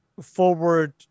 forward